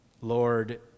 Lord